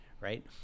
right